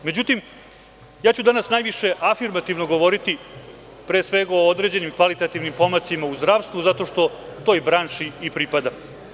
Međutim, danas ću najviše afirmativno govoriti, pre svega, o određenim kvalitativnim pomacima u zdravstvu, zato što toj branši i pripadam.